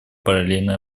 параллельные